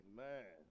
man